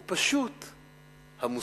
הוא פשוט המוסר.